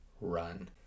run